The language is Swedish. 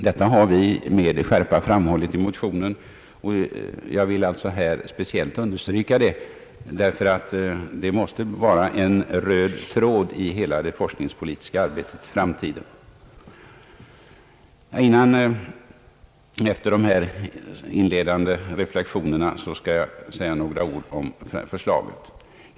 Detta har vi med skärpa framhållit i motionen. Jag vill alltså här speciellt understryka det därför att det måste vara en röd tråd i hela det forskningspolitiska arbetet i framtiden. Efter dessa inledande reflexioner skall jag anföra något om förslaget.